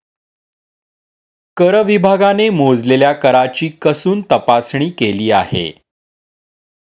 कर विभागाने मोजलेल्या कराची कसून तपासणी केली आहे